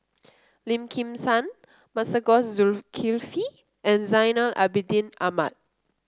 Lim Kim San Masagos Zulkifli and Zainal Abidin Ahmad